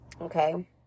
okay